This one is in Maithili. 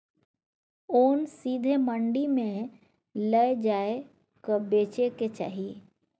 ओन सीधे मंडी मे लए जाए कय बेचे के चाही